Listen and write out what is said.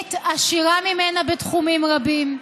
שהגרמנית עשירה ממנה בתחומים רבים,